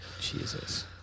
Jesus